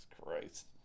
Christ